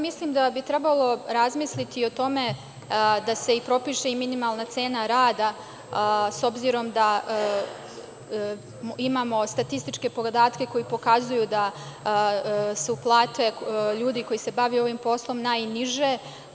Mislim da bi trebalo razmisliti o tome da se propiše minimalna cena rada, s obzirom da imamo statističke podatke koji pokazuju da su plate ljudi koji se bave ovim poslom najniže.